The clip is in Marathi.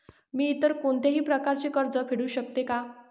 मी इतर कोणत्याही प्रकारे कर्ज फेडू शकते का?